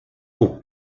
pop